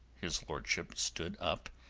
his lordship stood up,